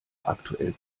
aktuell